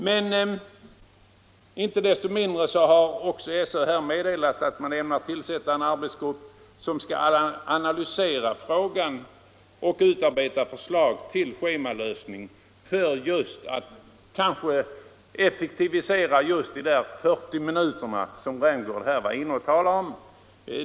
Men inte desto mindre har SÖ meddelat att man ämnar tillsätta en arbetsgrupp som skall analysera frågan och utarbeta förslag till sche | malösning för att effektivisera utnyttjandet av de där 40 minuterna som herr Rämgård talade om.